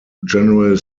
general